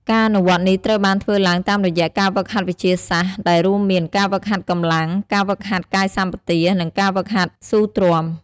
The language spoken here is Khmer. ការអនុវត្តនេះត្រូវបានធ្វើឡើងតាមរយៈការហ្វឹកហាត់វិទ្យាសាស្ត្រ ដែលរួមមាន ការហ្វឹកហាត់កម្លាំង ការហ្វឹកហាត់កាយសម្បទា និងការហ្វឹកហាត់ស៊ូទ្រាំ។